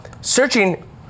Searching